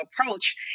approach